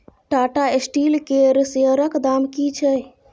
Tata Steel केर शेयरक दाम की छै?